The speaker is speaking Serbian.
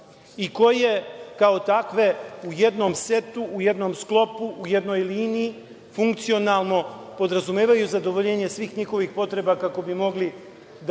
i koje kao takve u jednom setu, u jednom sklopu, u jednoj liniji funkcionalno podrazumevaju zadovoljenje svih njihovih potreba kako bi mogli da